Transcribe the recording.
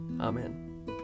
Amen